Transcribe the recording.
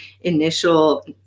initial